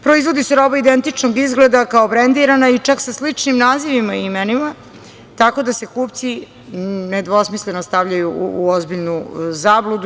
Proizvodi se roba identičnog izgleda kao brendirana i čak sa sličnim nazivima i imenima, tako da se kupci nedvosmisleno stavljaju u ozbiljnu zabludu.